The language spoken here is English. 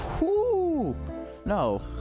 No